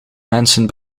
mensen